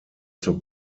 zur